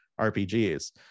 RPGs